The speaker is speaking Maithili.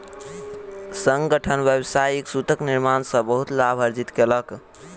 संगठन व्यावसायिक सूतक निर्माण सॅ बहुत लाभ अर्जित केलक